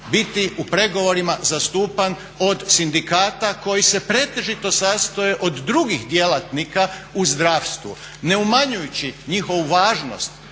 biti u pregovorima zastupan od sindikata koji se pretežito sastoje od drugih djelatnika u zdravstvu. Ne umanjujući njihovu važnost